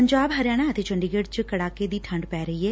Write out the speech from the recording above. ਪੰਜਾਬ ਹਰਿਆਣਾ ਅਤੇ ਚੰਡੀਗੜ ਚ ਕੜਾਕੇ ਦੀ ਠੰਡ ਪੈ ਰਹੀ ਏ